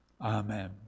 amen